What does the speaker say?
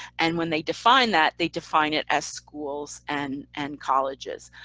and when they define that they define it as schools and and colleges.